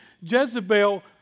Jezebel